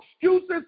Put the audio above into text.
excuses